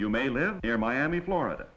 you may live near miami florida